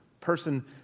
person